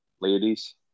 ladies